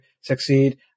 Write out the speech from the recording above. succeed